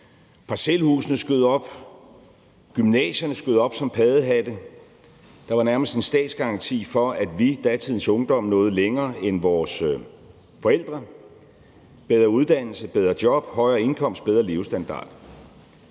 parcelhusene skød op, gymnasierne skød op som paddehatte, der var nærmest en statsgaranti for, at vi, datidens ungdom, nåede længere end vores forældre med bedre uddannelse, bedre job, højere indkomst og bedre levestandard.